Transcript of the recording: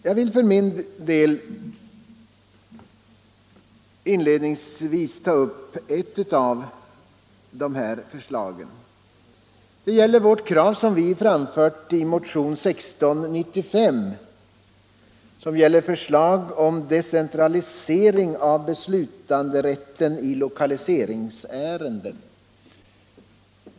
Jag vill inledningsvis ta upp ett av dessa krav. Det är förslaget i motion 1695 om en decentralisering av beslutanderätten i lokaliseringsärenden.